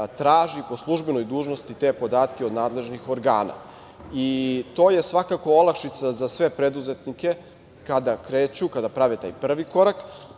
traži po službenoj dužnosti te podatke od nadležnih organa. To je svakako olakšica za sve preduzetnike kada kreću, kada prave taj prvi koraka.